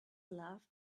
loved